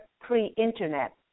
pre-internet